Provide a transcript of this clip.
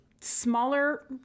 smaller